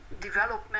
development